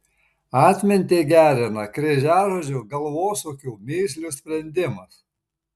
atmintį gerina kryžiažodžių galvosūkių mįslių sprendimas